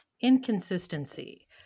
inconsistency